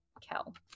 Kel